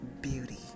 beauty